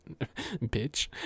bitch